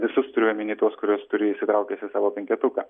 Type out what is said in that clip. visus turiu omeny tuos kuriuos turiu įsitraukęs į savo penketuką